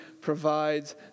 provides